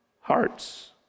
hearts